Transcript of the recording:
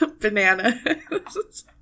bananas